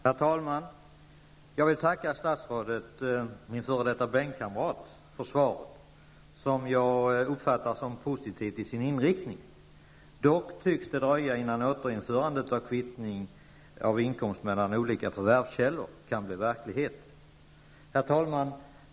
Herr talman! Jag vill tacka statsrådet, min f.d. bänkkamrat, för svaret, vilket jag uppfattade som positivt i sin inriktning. Dock tycks det dröja innan återinförandet av kvittning av inkomst mellan olika förvärvskällor kan bli verklighet. Herr talman!